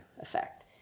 effect